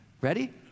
Ready